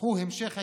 היא המשך הכיבוש,